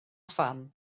phan